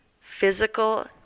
physical